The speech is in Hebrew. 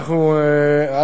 א.